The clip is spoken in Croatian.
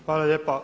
Hvala lijepa.